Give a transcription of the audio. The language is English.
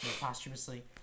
posthumously